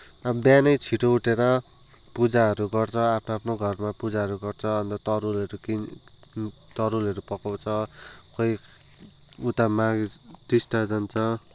अब बिहानै छिटो उठेर पुजाहरू गर्छ आफ्नो आफ्नो घरमा पुजाहरू गर्छ अनि त तरुलहरू किन् तरुलहरू पकाउँछ कोही उता माघे टिस्टा जान्छ